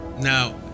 Now